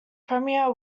premier